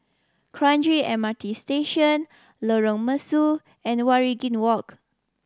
Kranji M R T Station Lorong Mesu and Waringin Walk